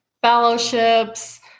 fellowships